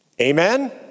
Amen